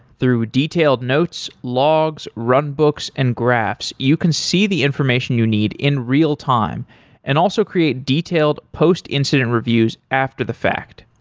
through detailed notes, logs, run books and graphs, you can see the information you need in real time and also create detailed post incident reviews after the fact.